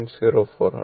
04 ആണ്